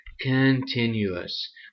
continuous